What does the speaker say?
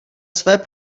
své